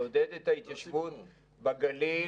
לעודד את ההתיישבות בגליל